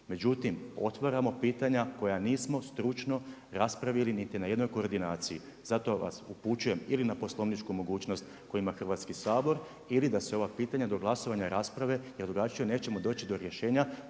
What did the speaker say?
Međutim, otvaramo pitanja koja nismo stručno raspravili niti na jednoj koordinaciji. Zato vas upućujem ili na poslovničku mogućnost koju ima Hrvatski sabor ili da se ova pitanja do glasovanja rasprave, jer drugačije nećemo doći do rješenja